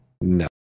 No